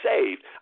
saved